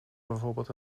bijvoorbeeld